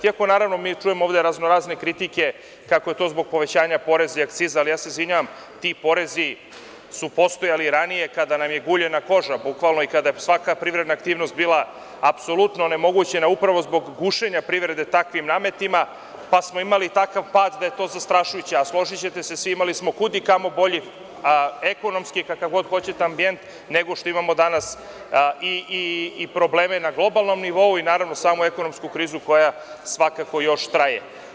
Iako mi čujemo ovde raznorazne kritike, kako je to zbog povećanja poreza i akciza, ali ja se izvinjavam, ti porezi su postojali i ranije kada nam je guljena koža bukvalno i kada je svaka privredna aktivnost bila apsolutno onemogućena upravo zbog gušenja privrede takvim nametima, pa smo imali takav pad da je to zastrašujuće, a složićete se, imali smo kud i kamo bolji ekonomski i kakav god hoćete ambijent nego što imamo danas, i probleme na globalnom nivou i samu ekonomsku krizu koja svakako još traje.